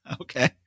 okay